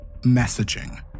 messaging